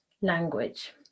language